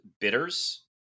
bitters